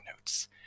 notes